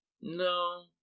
No